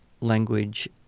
language